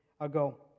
ago